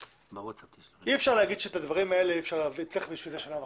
אי אפשר להגיד שלדברים האלה צריך שנה וחצי.